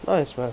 nice man